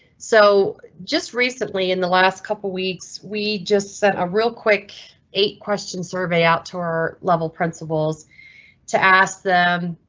so just recently in the last couple weeks, we just sent a real quick eight eight question survey out to our level principles to ask them.